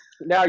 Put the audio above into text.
Now